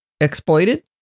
exploited